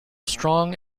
strong